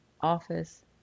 office